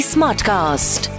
Smartcast